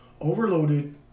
overloaded